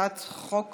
הצעת חוק